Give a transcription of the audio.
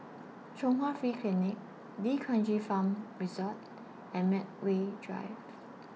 Chung Hwa Free Clinic D'Kranji Farm Resort and Medway Drive